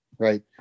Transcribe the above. Right